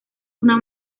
una